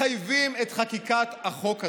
מחייבים את חקיקת החוק זה.